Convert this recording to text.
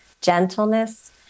gentleness